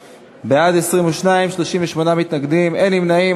בעד, 22, 38 מתנגדים, אין נמנעים.